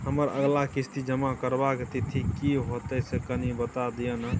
हमर अगला किस्ती जमा करबा के तिथि की होतै से कनी बता दिय न?